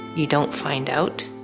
you don't find out.